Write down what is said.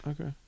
Okay